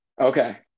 Okay